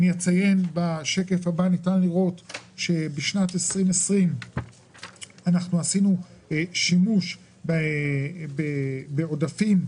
בשקף הבא ניתן לראות שבשנת 2020 עשינו שימוש בעודפים,